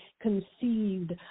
conceived